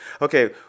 okay